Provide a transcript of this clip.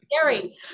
scary